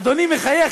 אדוני מחייך,